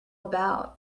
about